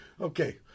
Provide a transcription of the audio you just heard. Okay